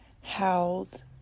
howled